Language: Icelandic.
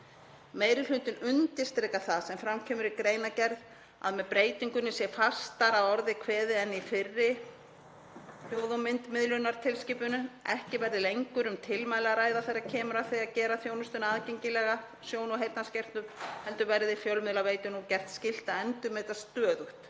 Meiri hlutinn undirstrikar það sem fram kemur í greinargerð, að með breytingunni sé fastar að orði kveðið en í fyrri hljóð- og myndmiðlunartilskipun. Ekki verði lengur um tilmæli að ræða þegar kemur að því að gera þjónustu aðgengilega sjón- og heyrnarskertum heldur verði fjölmiðlaveitum nú gert skylt að endurmeta stöðugt